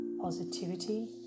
positivity